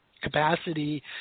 capacity